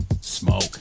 Smoke